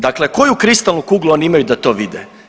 Dakle koju kristalnu kuglu oni imaju da to vide?